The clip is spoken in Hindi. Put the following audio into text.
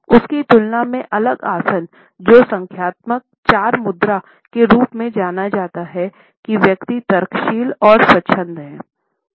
उसकी तुलना में अगला आसन जो संख्यात्मक 4 मुद्रा के रूप में जाना जाता है कि व्यक्ति तर्कशील और स्वच्छंद हैं